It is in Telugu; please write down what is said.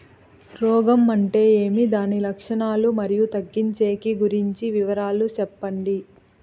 రోగం అంటే ఏమి దాని లక్షణాలు, మరియు తగ్గించేకి గురించి వివరాలు సెప్పండి?